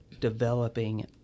developing